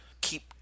keep